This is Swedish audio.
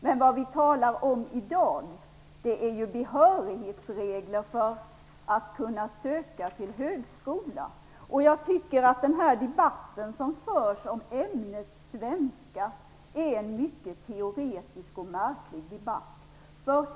Men vad vi talar om i dag är ju behörighetsregler för att kunna söka till högskolan. Jag tycker att den debatt som förs om ämnet svenska är en mycket teoretisk och märklig debatt.